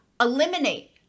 eliminate